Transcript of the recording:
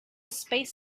space